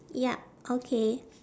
ya okay